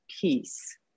peace